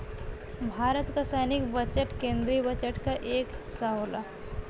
भारत क सैनिक बजट केन्द्रीय बजट क एक हिस्सा होला